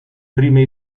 prime